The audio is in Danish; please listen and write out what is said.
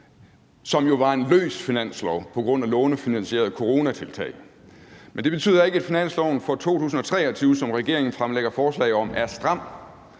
som jo var en løs finanslov på grund af lånefinansierede coronatiltag. Men det betyder ikke, at finansloven for 2023, som regeringen fremsætter forslag om, er stram.